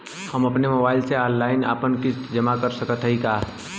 हम अपने मोबाइल से ऑनलाइन आपन किस्त जमा कर सकत हई का?